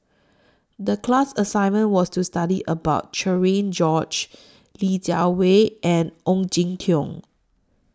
The class assignment was to study about Cherian George Li Jiawei and Ong Jin Teong